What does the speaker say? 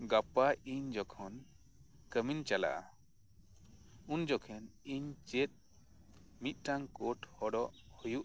ᱜᱟᱯᱟ ᱤᱧ ᱡᱚᱠᱷᱚᱱ ᱠᱟᱢᱤᱧ ᱪᱟᱞᱟᱜᱼᱟ ᱩᱱ ᱡᱚᱠᱷᱚᱱ ᱤᱧ ᱪᱮᱫ ᱢᱤᱫᱴᱟᱝ ᱠᱳᱴ ᱦᱚᱨᱚᱜ ᱦᱩᱭᱩᱜ ᱛᱤᱧᱟᱹ